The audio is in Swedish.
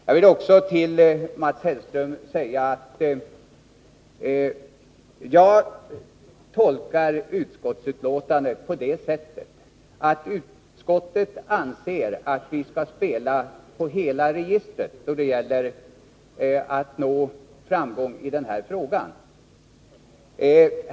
Jag vill också till Mats Hellström säga att jag tolkar betänkandet på det sättet, att utskottet anser att vi skall spela på hela registret då det gäller att nå framgång i denna fråga.